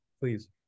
please